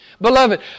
Beloved